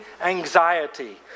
anxiety